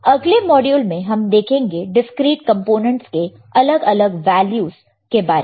अगले मॉड्यूल में हम देखेंगे डिस्क्रीट कंपोनेंट्स के अलग अलग वैल्यूस के बारे में